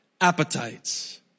appetites